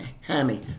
hammy